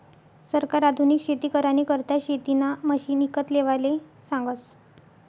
सरकार आधुनिक शेती करानी करता शेतीना मशिने ईकत लेवाले सांगस